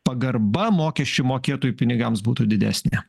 pagarba mokesčių mokėtojų pinigams būtų didesnė